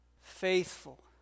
faithful